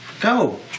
Go